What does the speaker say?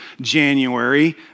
January